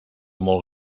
molt